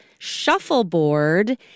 shuffleboard